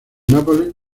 nápoles